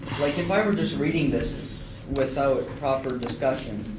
like if i were just reading this without proper discussion.